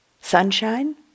sunshine